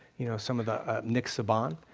you know, some of the nick saban,